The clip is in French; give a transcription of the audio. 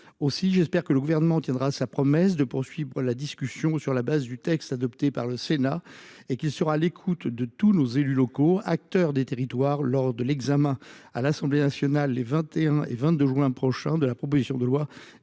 Aussi, j'espère que le Gouvernement tiendra sa promesse de poursuivre la discussion sur la base du texte adopté par le Sénat et qu'il sera à l'écoute de tous nos élus locaux, acteurs des territoires, lors de l'examen à l'Assemblée nationale les 21 et 22 juin prochain de la proposition de loi